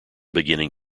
beginning